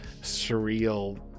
surreal